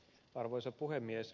arvoisa puhemies